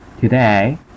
Today